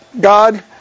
God